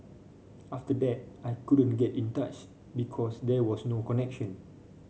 after that I couldn't get in touch because there was no connection